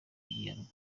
iyi